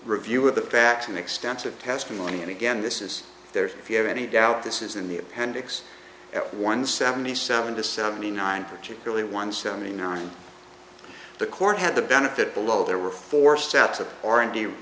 review of the facts and extensive testimony and again this is there's if you have any doubt this is in the appendix at one seventy seven to seventy nine particularly one seventy nine the court had the benefit below there were four sets of r and d